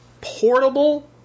portable